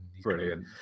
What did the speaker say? Brilliant